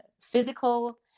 physical